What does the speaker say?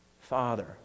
father